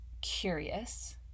curious